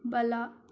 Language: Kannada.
ಬಲ